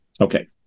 okay